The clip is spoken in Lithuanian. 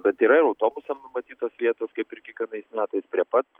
bet yra ir autobusam numatytos vietos kaip ir kiekvienais metais prie pat